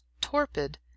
torpid